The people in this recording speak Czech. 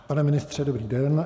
Pane ministře, dobrý den.